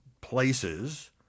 places